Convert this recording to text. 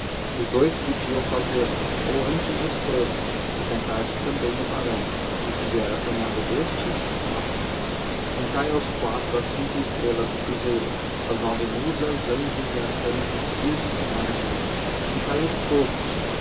os dous podiam fazê-lo ou antes os três se contardes também o barão e se vier a cunhada deste quatro juntai aos quatro as cinco estrelas do cruzeiro as nove musas anjos e arcanjos virgens e mártires juntai os todos